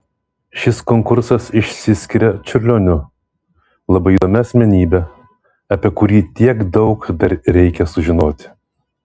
šis konkursas išsiskiria čiurlioniu labai įdomia asmenybe apie kurį tiek daug dar reikia sužinoti